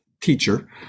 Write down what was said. teacher